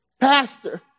pastor